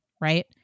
right